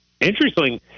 interesting